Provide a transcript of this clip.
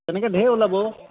তেনেকে ধেৰ ওলাব অঁ